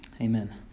amen